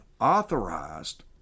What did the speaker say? authorized